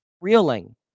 reeling